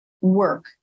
work